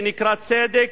שנקרא צדק,